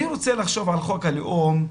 אני רוצה לחשוב על חוק הלאום,